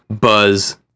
buzz